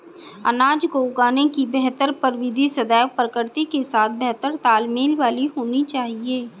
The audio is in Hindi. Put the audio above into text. अनाज को उगाने की बेहतर प्रविधि सदैव प्रकृति के साथ बेहतर तालमेल वाली होनी चाहिए